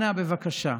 אנא, בבקשה,